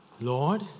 Lord